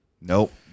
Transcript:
nope